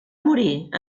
morir